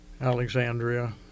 Alexandria